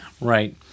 Right